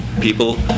people